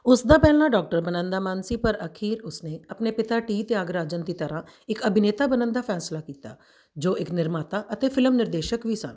ਉਸ ਦਾ ਪਹਿਲਾਂ ਡਾਕਟਰ ਬਣਨ ਦਾ ਮਨ ਸੀ ਪਰ ਅਖੀਰ ਉਸ ਨੇ ਆਪਣੇ ਪਿਤਾ ਟੀ ਤਿਆਗਾਰਾਜਨ ਦੀ ਤਰ੍ਹਾਂ ਇੱਕ ਅਭਿਨੇਤਾ ਬਣਨ ਦਾ ਫੈਸਲਾ ਕੀਤਾ ਜੋ ਇੱਕ ਨਿਰਮਾਤਾ ਅਤੇ ਫਿਲਮ ਨਿਰਦੇਸ਼ਕ ਵੀ ਸਨ